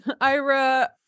Ira